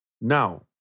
Now